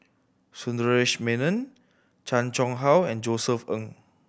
Sundaresh Menon Chan Chang How and Josef Ng